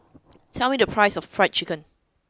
tell me the price of fried chicken